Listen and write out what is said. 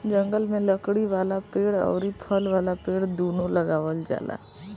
जंगल में लकड़ी वाला पेड़ अउरी फल वाला पेड़ दूनो लगावल जाला